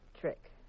trick